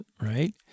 right